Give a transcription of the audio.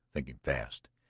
thinking fast.